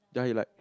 ya he like